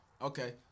Okay